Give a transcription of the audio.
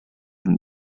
him